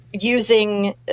Using